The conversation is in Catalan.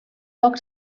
poc